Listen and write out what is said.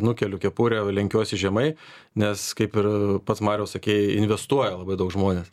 nukeliu kepurę lenkiuosi žemai nes kaip ir pats mariau sakei investuoja labai daug žmonės